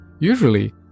Usually